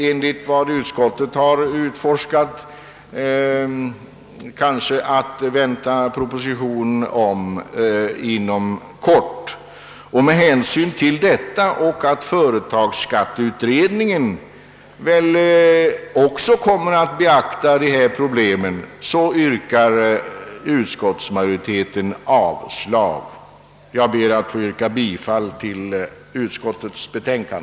Enligt vad utskottet erfarit kan man inom kort vänta en proposition på grundval av detta förslag. Med hänsyn härtill och till att företagsskatteutredningen förmodligen också kommer att beakta dessa problem avstyrker = alltså = utskottsmajoriteten motionärernas förslag, och jag ber att få yrka bifall till utskottets hemställan.